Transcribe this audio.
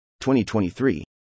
2023